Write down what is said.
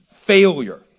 failure